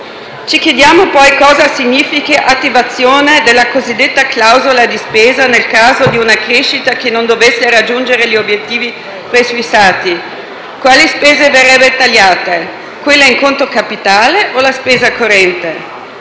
Ci chiediamo, poi, cosa significhi attivazione della cosiddetta clausola di spesa, nel caso di una crescita che non dovesse raggiungere gli obiettivi prefissati. Quali spese verrebbero tagliate? Quelle in conto capitale o la spesa corrente?